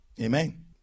Amen